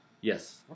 Yes